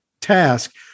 task